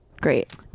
great